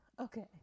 Okay